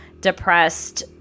depressed